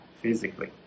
physically